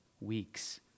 weeks